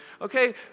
Okay